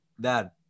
Dad